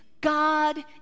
God